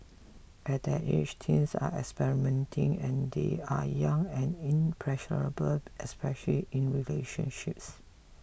at that age teens are experimenting and they are young and impressionable especially in relationships